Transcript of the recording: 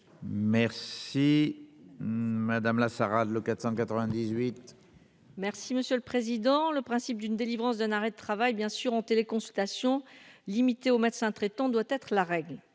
Merci. Madame la Sarah le 498. Merci monsieur le président, le principe d'une délivrance d'un arrêt de travail bien sûr en téléconsultation limité au médecin traitant doit être la règle